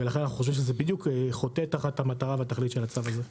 ולכן אנחנו חושבים שזה בדיוק חוטא תחת המטרה והתכלית של המצב הזה.